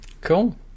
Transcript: cool